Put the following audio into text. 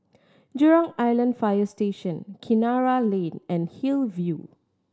Jurong Island Fire Station Kinara Lane and Hillview